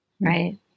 right